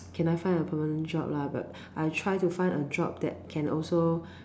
can I find a permanent job lah but I try to find a job that can also